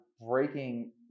breaking